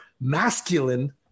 masculine